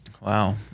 Wow